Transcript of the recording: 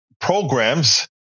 programs